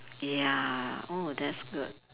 ya oh that's good